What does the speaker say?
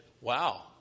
Wow